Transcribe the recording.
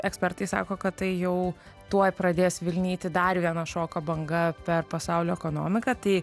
ekspertai sako kad tai jau tuoj pradės vilnyti dar viena šoko banga per pasaulio ekonomiką tai